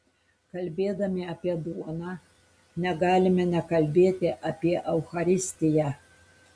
kalbėdami apie duoną negalime nekalbėti apie eucharistiją